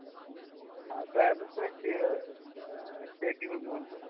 آ تۄہہِ حظ اوسوُ اَسہِ یہِ سیٚکہِ ہُند ووٚنمُت